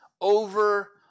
over